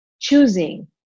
choosing